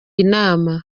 inama